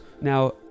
Now